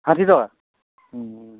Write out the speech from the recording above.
ষাঠি টকা